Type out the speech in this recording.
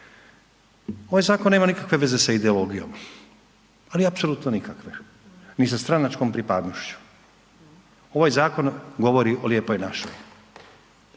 Ovaj zakon nema nikakve veze sa ideologijom, ali apsolutno nikakve ni sa stranačkom pripadnošću. Ovaj zakon govori o Lijepoj našoj.